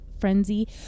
frenzy